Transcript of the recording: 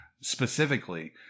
specifically